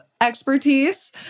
expertise